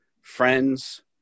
friends